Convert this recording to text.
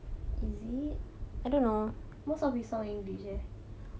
is it I don't know most of his songs english ya